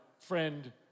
friend